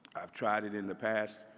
i've tried it in the past,